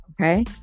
Okay